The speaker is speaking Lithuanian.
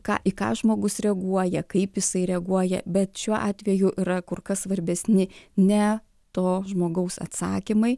ką į ką žmogus reaguoja kaip jisai reaguoja bet šiuo atveju yra kur kas svarbesni ne to žmogaus atsakymai